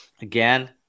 again